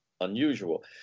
unusual